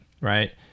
right